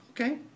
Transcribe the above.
Okay